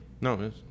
No